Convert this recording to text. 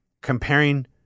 comparing